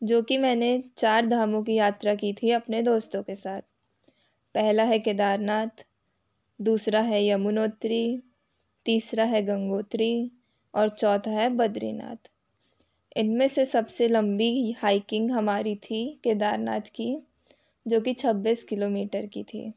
जो कि मैंने चार धामों की यात्रा की थी अपने दोस्तों के साथ पहला है केदारनाथ दूसरा है यमुनोत्री तीसरा है गंगोत्री और चौथा है बद्रीनाथ इन में से सब से लंबी हाइकिंग हमारी थी केदारनाथ की जो कि छब्बीस किलोमीटर की थी